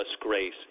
grace